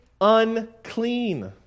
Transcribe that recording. unclean